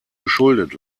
geschuldet